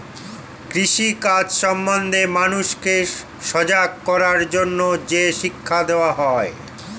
কৃষি কাজ সম্বন্ধে মানুষকে সজাগ করার জন্যে যে শিক্ষা দেওয়া হয়